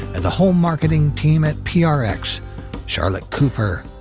and the whole marketing team at prx charlotte cooper,